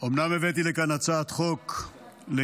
אומנם הבאתי לכאן הצעת חוק לאישור,